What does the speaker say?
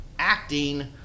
Acting